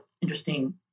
interesting